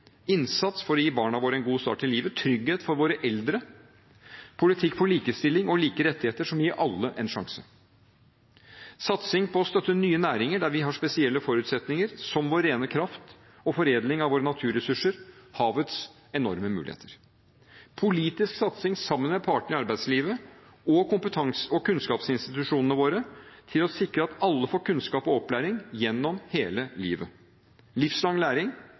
innsats for å gi barna våre en god start i livet, gi trygghet for våre eldre – en politikk for likestilling og like rettigheter som gir alle en sjanse støtte nye næringer der vi har spesielle forutsetninger, som vår rene kraft og foredling av våre naturressurser, havets enorme muligheter satse politisk sammen med partene i arbeidslivet og kunnskapsinstitusjonene våre for å sikre at alle får kunnskap og opplæring gjennom hele livet – livslang læring,